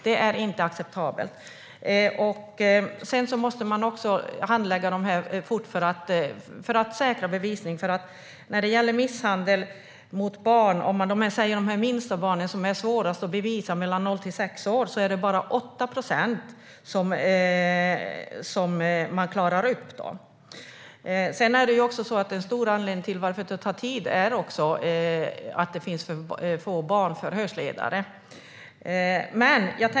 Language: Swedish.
Det är inte acceptabelt. Man måste också handlägga de här ärendena fort för att säkra bevisning. När det gäller misshandel mot de minsta barnen mellan noll och sex år är det bara 8 procent av fallen som klaras upp, eftersom de är svårast att bevisa. En stor anledning till att det tar tid är också att det finns för få barnförhörsledare.